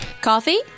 Coffee